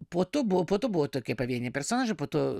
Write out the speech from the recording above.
po to buvo po to buvo tokie pavieniai personažai po to